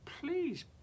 please